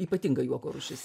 ypatinga juoko rūšis